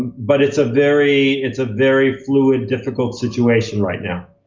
but it's a very, it's a very fluid, difficult situation right now.